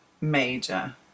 major